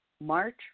March